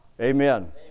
Amen